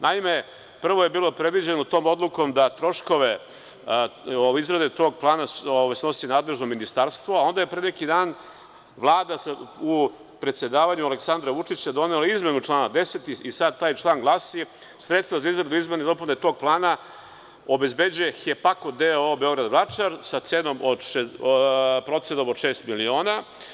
Naime, prvo je bilo predviđeno tom odlukom da troškove izrade tog plana snosi nadležno ministarstvo, a onda je pre neki dan Vlada u predsedavanju Aleksandra Vučića donela izmenu člana 10. i sad taj član glasi – sredstva za izradu izmene i dopune tog plana obezbeđuje „Hepako d.o.o.“ Beograd – Vračar, sa procenom od šest miliona.